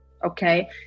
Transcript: Okay